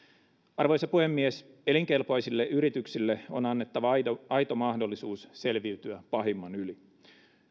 arvoisa puhemies elinkelpoisille yrityksille on annettava aito aito mahdollisuus selviytyä pahimman yli